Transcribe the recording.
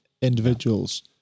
individuals